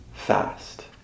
Fast